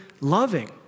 loving